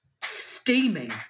steaming